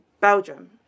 Belgium